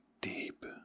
deep